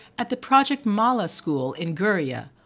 at the project mala school in guria,